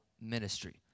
Ministry